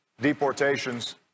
deportations